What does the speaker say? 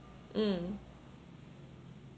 mm